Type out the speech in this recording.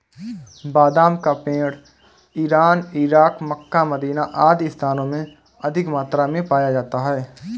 बादाम का पेड़ इरान, इराक, मक्का, मदीना आदि स्थानों में अधिक मात्रा में पाया जाता है